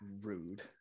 Rude